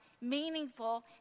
meaningful